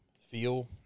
feel